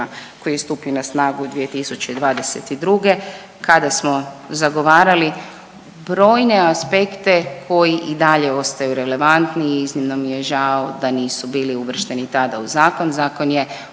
koji je stupio na snagu 2022. kada smo zagovarali brojne aspekte koji i dalje ostaju relevantni i iznimno mi je žao da nisu bili uvršteni tada u zakon. Zakon je u